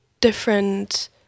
different